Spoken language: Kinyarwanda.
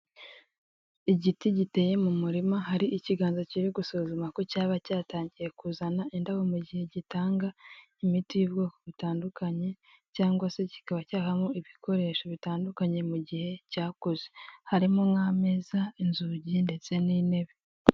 Igiti giteye mu murima, hari ikiganza kiri gusuzuma ko cyaba cyatangiye kuzana indabo mu gihe gitanga imiti y'ubwoko butandukanye cyangwa se kikaba cyavamo ibikoresho bitandukanye mu gihe cyakuze, harimo nk'ameza, inzugi ndetse n'intebe.